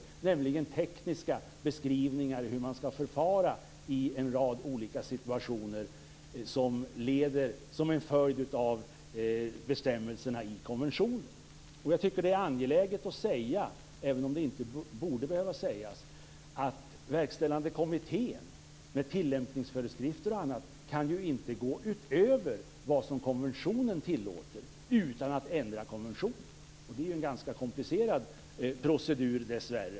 Det handlar om tekniska beskrivningar av hur man skall förfara i en rad olika situationer som en följd av bestämmelserna i konventionen. Jag tycker att det är angeläget att säga, även om det inte borde behöva sägas, att Verkställande kommittén med tillämpningsföreskrifter och annat inte kan gå utöver det som konventionen tillåter utan att ändra konventionen - och det är dessvärre en ganska komplicerad procedur.